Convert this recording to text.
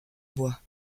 bois